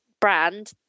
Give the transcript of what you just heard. brand